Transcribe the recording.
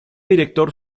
director